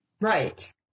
Right